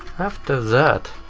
after that,